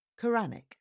Quranic